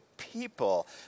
People